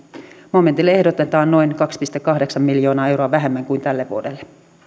momentille ehdotetaan noin kaksi pilkku kahdeksan miljoonaa euroa vähemmän kuin tälle vuodelle